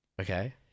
Okay